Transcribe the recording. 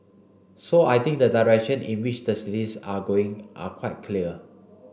so I think the direction in which the cities are going are quite clear